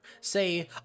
say